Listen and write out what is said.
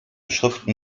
schriften